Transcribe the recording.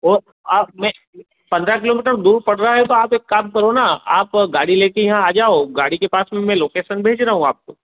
और आप मैं पन्द्रह किलोमीटर दूर पड़ रहा है तो आप एक काम करो ना आप गाड़ी ले कर यहाँ आ जाओ गाड़ी के पास में मैं लोकेसन भेज रहा हूँ आपको